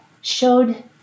showed